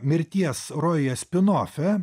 mirties rojuje spinofe